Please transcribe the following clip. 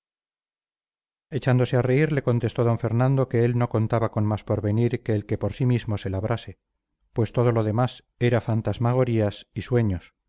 echándose a reír le contestó d fernando que él no contaba con más porvenir que el que por sí mismo se labrase pues todo lo demás era fantasmagorías y sueños